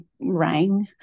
rang